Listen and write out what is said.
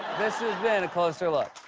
this has been a closer look.